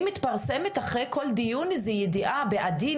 אם מתפרסמת אחרי כל דיון איזו ידיעה בעדי,